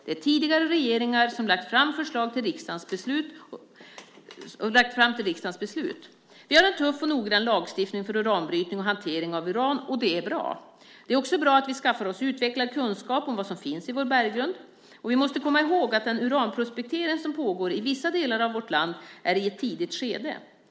Det är tidigare regeringar som har lagt fram förslag till riksdagens beslut. Vi har en tuff och noggrann lagstiftning för uranbrytning och hantering av uran, och det är bra. Det är också bra att vi skaffar oss utvecklad kunskap om vad som finns i vår berggrund. Vi måste komma ihåg att den uranprospektering som pågår i vissa delar av vårt land är i ett tidigt skede.